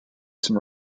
some